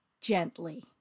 gently